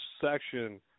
section